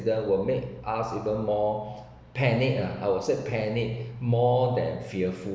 that will make us even more panic ah I would say panic more than fearful